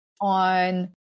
on